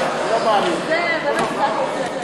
זחאלקה, גם אתה נגד הממשלה?